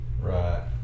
right